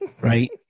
Right